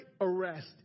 arrest